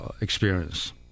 experience